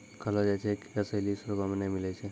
कहलो जाय छै जे कसैली स्वर्गो मे नै मिलै छै